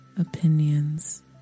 opinions